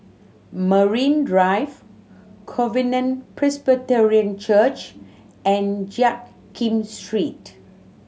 Marine Drive Covenant Presbyterian Church and Jiak Kim Street